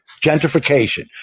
gentrification